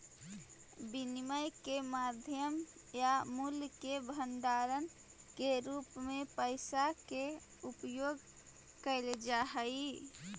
विनिमय के माध्यम या मूल्य के भंडारण के रूप में पैसा के उपयोग कैल जा हई